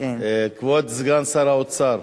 כבוד סגן שר האוצר,